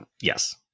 Yes